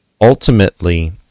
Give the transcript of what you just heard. ultimately